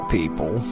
people